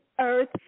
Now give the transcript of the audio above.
earth